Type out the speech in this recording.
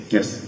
Yes